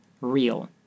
real